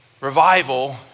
Revival